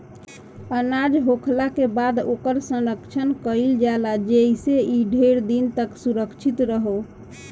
अनाज होखला के बाद ओकर संरक्षण कईल जाला जेइसे इ ढेर दिन तक सुरक्षित रहो